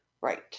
Right